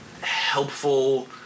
helpful